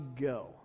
go